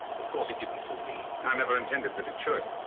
of course, it didn't fool me. i never intended that it should.